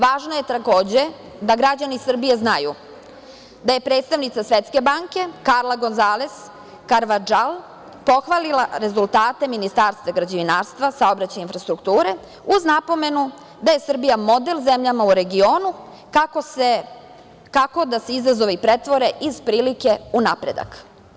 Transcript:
Važno je takođe da građani Srbije znaju da je predstavnica Svetske banke Karla Gonzales Karvadžal pohvalila rezultate Ministarstva građevinarstva, saobraćaja i infrastrukture uz napomenu da je Srbija model zemljama u regionu kako da se izazovi pretvore iz prilike u napredak.